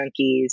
junkies